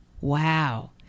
wow